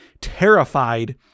terrified